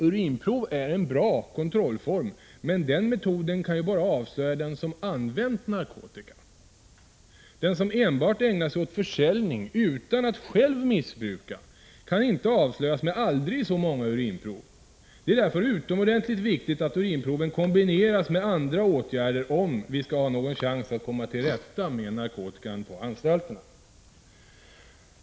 Urinprov är en bra kontrollform, men den metoden kan ju bara avslöja den som använt narkotika. Den som enbart ägnar sig åt försäljning utan att själv missbruka kan inte avslöjas med aldrig så många urinprov. Det är därför utomordentligt viktigt att urinproven kombineras med andra åtgärder om vi skall ha en chans att komma till rätta med narkotikan på anstalterna.